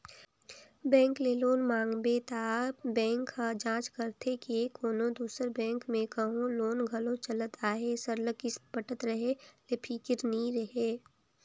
bank ले loan मांगबे त बेंक ह जांच करथे के कोनो दूसर बेंक में कहों लोन घलो चलत अहे सरलग किस्त पटत रहें ले फिकिर नी रहे